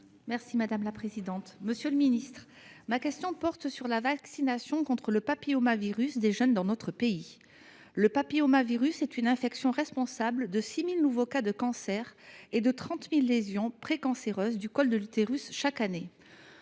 et de la prévention. Monsieur le ministre, ma question porte sur la vaccination contre le papillomavirus des jeunes dans notre pays. Le papillomavirus est une infection responsable chaque année de 6 000 nouveaux cas de cancers et de 30 000 lésions précancéreuses du col de l’utérus. Un